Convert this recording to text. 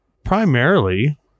Primarily